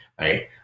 right